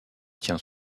tient